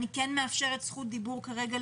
אני כן מאפשרת כרגע זכות דיבור לכולם,